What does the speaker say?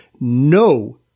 no